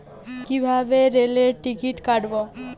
কিভাবে রেলের টিকিট কাটব?